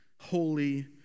holy